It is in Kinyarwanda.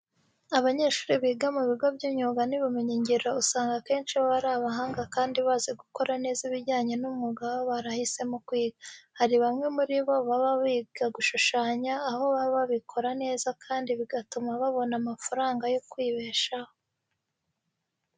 Abanyeshuri biga mu bigo by'imyuga n'ubumenyingiro usanga akenshi baba ari abahanga kandi bazi gukora neza ibijyanye n'umwuga baba barahisemo kwiga. Hari bamwe muri bo baba biga gushushanya, aho baba babikora neza kandi bigatuma babona n'amafaranga yo kwibeshaho.